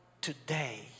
today